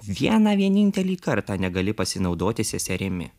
vieną vienintelį kartą negali pasinaudoti seserimi